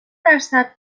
درصد